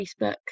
Facebook